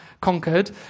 conquered